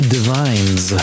Divine's